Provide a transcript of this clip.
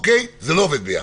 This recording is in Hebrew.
זה לא עובד ביחד.